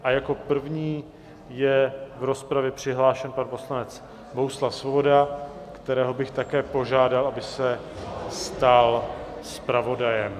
A jako první je v rozpravě přihlášen pan poslanec Bohuslav Svoboda, kterého bych také požádal, aby se stal zpravodajem.